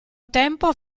tempo